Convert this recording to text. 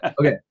Okay